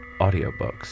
audiobooks